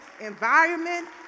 environment